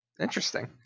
Interesting